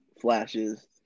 flashes